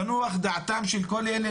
תנוח דעתם של כל אלה,